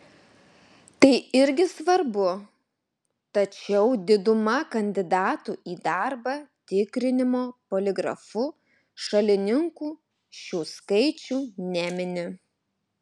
tai irgi svarbu tačiau diduma kandidatų į darbą tikrinimo poligrafu šalininkų šių skaičių nemini